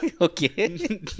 Okay